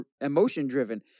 emotion-driven